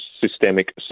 systemic